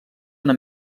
una